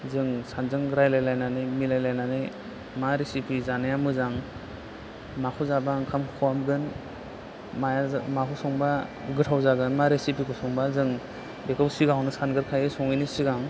जों सानैजों रायलाय लायनानै मिलाय लायनानै मा रिसिफि जानाया मोजां माखौ जाबा ओंखाम खहाबगोन माया माखौ संबा गोथाव जागोन मा रिसिफिखौ संबा जों बेखौ सिगाङावनो सानग्रो खायो सङैनि सिगां